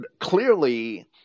clearly